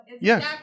Yes